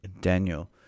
Daniel